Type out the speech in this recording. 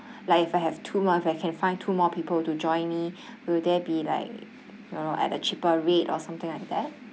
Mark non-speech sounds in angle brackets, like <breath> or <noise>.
like if I have two more if I can find two more people to join me <breath> will there be like you know at a cheaper rate or something like that